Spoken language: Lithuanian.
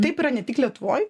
taip yra ne tik lietuvoj